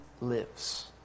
lives